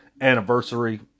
anniversary